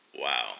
wow